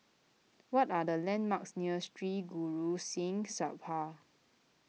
what are the landmarks near Sri Guru Singh Sabha